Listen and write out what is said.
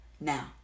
Now